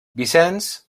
vicenç